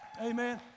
amen